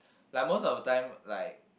like most of the time like